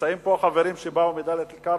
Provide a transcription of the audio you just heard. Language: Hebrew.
נמצאים פה חברים שבאו מדאלית-אל-כרמל,